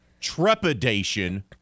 trepidation